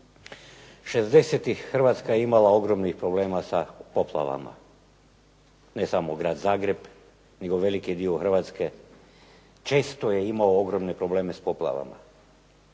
Hrvatska je imala ogromnih problema sa poplavama, ne samo grad Zagreb, nego i veliki dio Hrvatske često je imao ogromne probleme sa poplavama.